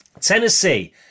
Tennessee